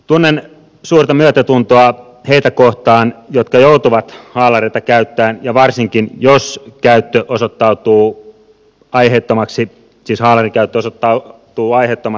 tunnen suurta myötätuntoa niitä kohtaan jotka joutuvat haalareita käyttämään ja varsinkin jos haalarin käyttö osoittautuu aiheettomaksi ja vanki on käyttäytynyt säännösten mukaisesti